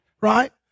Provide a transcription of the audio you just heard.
right